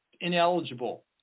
ineligible